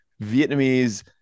Vietnamese